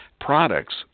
products